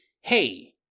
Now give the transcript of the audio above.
Hey